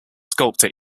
sculptor